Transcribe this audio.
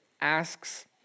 asks